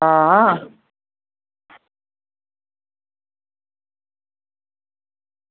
हां